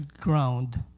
ground